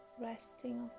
Resting